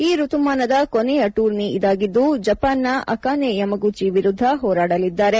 ಈ ಋತುಮಾನದ ಕೊನೆಯ ಟೂರ್ನಿ ಇದಾಗಿದ್ದು ಜಪಾನ್ನ ಅಕಾನೆ ಯಮಗುಚ್ಚಿ ವಿರುದ್ದ ಹೋರಾಡೆಲಿದ್ದಾರೆ